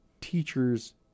teachers